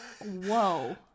whoa